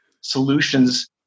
solutions